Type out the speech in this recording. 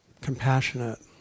compassionate